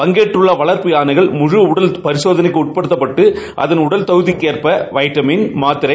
பங்கேற்றுள்ள வளர்ப்பு யானைகள் முழு உடல் பரிசோதனைக்கு உட்படுத்தப்பட்டு அதன் உடல் தகுதிக்கு ஏற்ப வைட்டமின் மாத்திரை